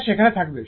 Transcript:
এটা সেখানে থাকবে